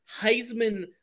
Heisman